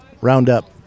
roundup